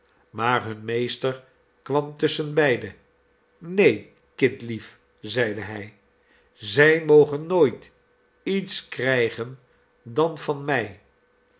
maar hun meester kwam tusschenbeide neen kindlief zeide hij zij mogen nooit iets krijgen dan van mij